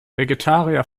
vegetarier